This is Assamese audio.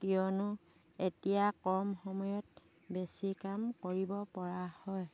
কিয়নো এতিয়া কম সময়ত বেছি কাম কৰিব পৰা হয়